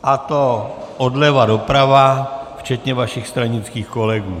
A to odleva doprava, včetně vašich stranických kolegů.